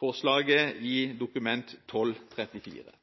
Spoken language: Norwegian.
forslaget i Dokument 12:34.